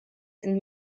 and